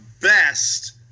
best